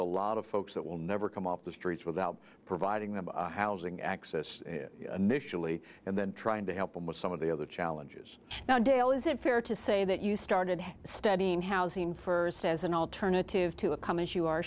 a lot of folks that will never come off the streets without providing them housing access initially and then trying to help them with some of the other challenges now dale is it fair to say that you started studying housing for says an alternative to a come